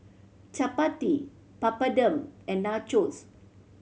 Chapati Papadum and Nachos